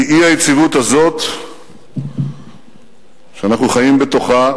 כי האי-יציבות הזאת שאנחנו חיים בתוכה,